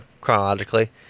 chronologically